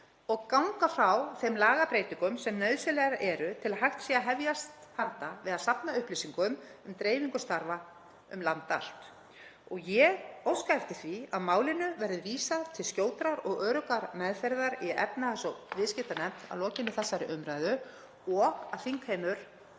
og ganga frá þeim lagabreytingum sem nauðsynlegar eru til að hægt sé að hefjast handa við að safna upplýsingum um dreifingu starfa um land allt. Ég óska eftir því að málinu verði vísað til skjótrar og öruggrar meðferðar í efnahags- og viðskiptanefnd að lokinni þessari umræðu og að þingheimur